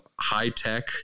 high-tech